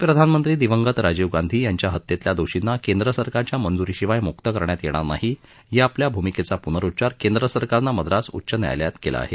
माजी प्रधानमंत्री दिवंगत राजीव गांधी यांच्या हत्येतील दोषींना केंद्र सरकारच्या मंजुरीशिवाय मुक्त करण्यात येणार नाही या आपल्या भूमिकेचा पुनरुच्चार केंद्र सरकारनं मद्रास उच्च न्यायालयात केला आहे